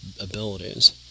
abilities